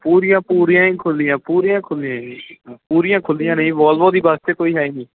ਪੂਰੀਆਂ ਪੂਰੀਆਂ ਹੀ ਖੁੱਲਦੀਆਂ ਪੂਰੀਆਂ ਖੁੱਲ੍ਹੀਆਂ ਜੀ ਪੂਰੀਆਂ ਖੁੱਲ੍ਹੀਆਂ ਨੇ ਜੀ ਵੋਲਵੋ ਦੀ ਬੱਸ 'ਤੇ ਕੋਈ ਹੈ ਹੀ ਨਹੀਂ